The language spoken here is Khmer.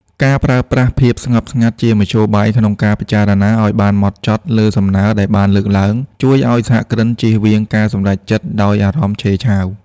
ការប្រើប្រាស់ "ភាពស្ងប់ស្ងាត់" ជាមធ្យោបាយក្នុងការពិចារណាឱ្យបានហ្មត់ចត់លើសំណើដែលបានលើកឡើង ជួយឱ្យសហគ្រិនជៀសវាងការសម្រេចចិត្តដោយអារម្មណ៍ឆេវឆាវ។